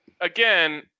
again